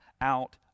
out